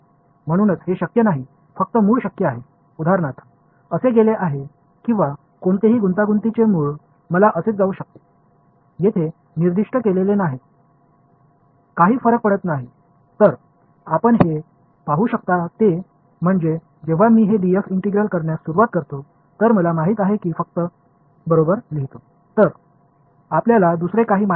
இது மட்டும்தான் ஒரே ஒரு சாத்தியமான ரூட் என்பது அல்லஎடுத்துக்காட்டாக இப்படிச் சென்றிருக்கலாம் அல்லது இது போன்ற மிகவும் சிக்கலான ரூட்டில் சென்றிருக்கலாம் நான் இப்படிச் கூட சென்றிருக்கலாம் எப்படி செல்ல வேண்டும் என்பது ஒரு விஷயமே இல்லை இது இங்கே குறிப்பிடப்படவும் இல்லை நீங்கள் பார்க்கக்கூடியது என்னவென்றால் நான் இந்த df ஐ இண்டெகரேஷன் செய்ய தொடங்கும்போது உங்களுக்கு எதுவும் தெரியவில்லை எனில் இதனை நான் எழுதியது போல் மிகவும் எளிமையாக fb fa என்று எழுதுங்கள்